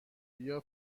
بیا